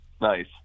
nice